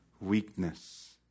weakness